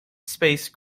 space